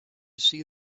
see